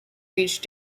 reach